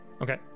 Okay